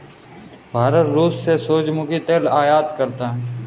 भारत रूस से सूरजमुखी तेल आयात करता हैं